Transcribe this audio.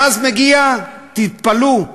ואז מגיע, תתפלאו,